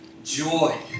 joy